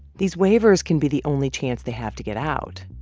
these waivers can be the only chance they have to get out.